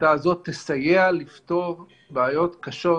ההחלטה הזאת תסייע לפתור בעיות קשות